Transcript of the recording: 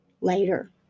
later